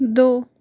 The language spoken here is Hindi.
दो